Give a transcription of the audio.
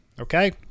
Okay